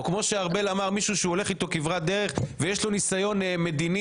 או כמו שארבל אמר מישהו שהוא הולך איתו כברת דרך ויש לו ניסיון מדיני